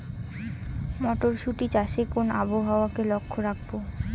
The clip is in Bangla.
মটরশুটি চাষে কোন আবহাওয়াকে লক্ষ্য রাখবো?